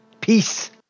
Peace